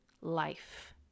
life